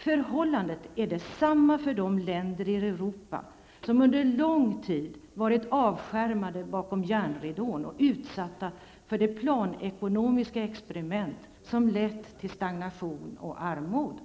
Förhållandet är detsamma för de länder i Europa som under lång tid varit avskärmade bakom järnridån och utsatta för det planekonomiska experiment som lett till stagnation och armod.